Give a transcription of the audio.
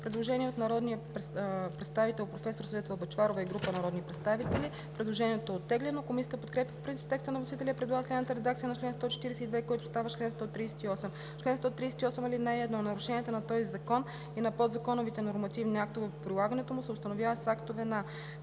предложение на народния представител професор Светла Бъчварова и група народни представители. Предложението е оттеглено. Комисията подкрепя по принцип текста на вносителя и предлага следната редакция на чл. 142, който става чл. 138: „Чл. 138. (1) Нарушенията на този закон и на подзаконовите нормативни актове по прилагането му се установяват с актове на: